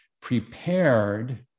prepared